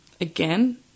Again